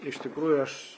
iš tikrųjų aš